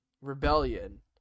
Rebellion